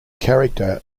character